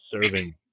serving